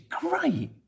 great